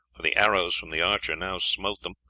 the arrows from the archer now smote them,